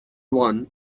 one